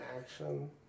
action